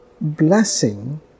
blessing